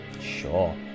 Sure